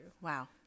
Wow